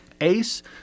Ace